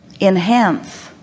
enhance